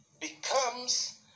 becomes